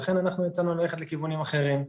ולכן אנחנו הצענו ללכת לכיוונים אחרים.